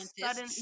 sudden